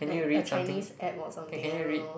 like a Chinese app or something I don't know